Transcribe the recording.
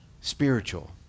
spiritual